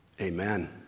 Amen